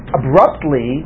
abruptly